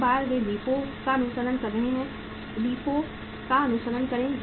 एक बार वे LIFO का अनुसरण कर रहे हैं LIFO का अनुसरण करें